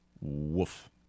Woof